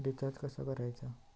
Recharge कसा करायचा?